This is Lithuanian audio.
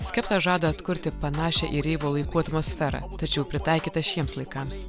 skepta žada atkurti panašią į reivo laikų atmosferą tačiau pritaikytą šiems laikams